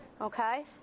okay